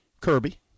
Kirby